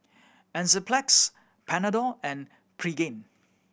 Enzyplex Panadol and Pregain